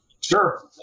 Sure